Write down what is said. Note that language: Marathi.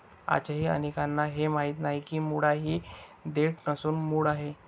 आजही अनेकांना हे माहीत नाही की मुळा ही देठ नसून मूळ आहे